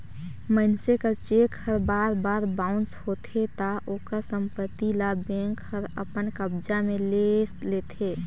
मइनसे कर चेक हर बार बार बाउंस होथे ता ओकर संपत्ति ल बेंक हर अपन कब्जा में ले लेथे